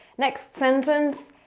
next sentence.